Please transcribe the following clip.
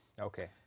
Okay